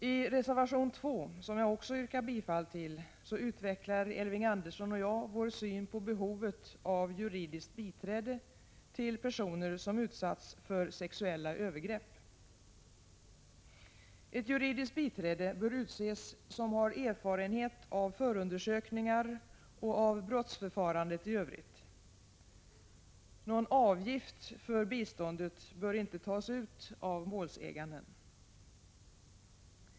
I reservation 2, som jag också yrkar bifall till, utvecklar Elving Andersson och jag vår syn på behovet av juridiskt biträde till personer som utsatts för sexuella övergrepp. Ett juridiskt biträde som har erfarenhet av förundersökningar och av brottsförfarandet i övrigt bör utses. Någon avgift för biståndet bör inte tas ut av målsäganden.